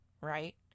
right